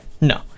No